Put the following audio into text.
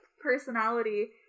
Personality